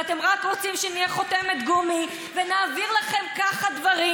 ואתם רוצים שנהיה רק חותמת גומי ונעביר לכם ככה דברים,